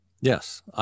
Yes